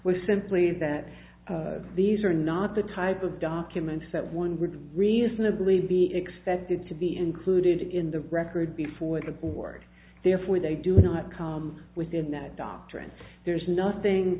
was simply that these are not the type of documents that one would reasonably be expected to be included in the record before the board therefore they do not come within that doctrine there's nothing